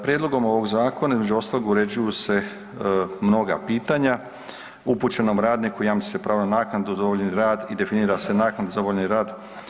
Prijedlogom ovog zakona između ostalog uređuju se mnoga pitanja upućenom radniku jamči se pravo na naknadu za obavljeni rad i definira se naknada za obavljani rad.